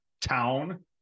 town